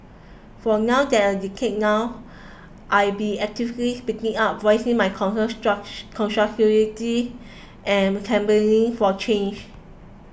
for a decade now I've been actively speaking up voicing my concerns constructively and campaigning for a change